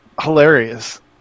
hilarious